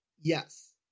yes